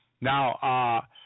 Now